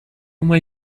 uma